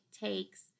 takes